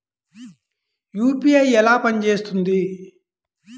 UPI ఎలా పనిచేస్తుంది?